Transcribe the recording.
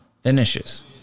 finishes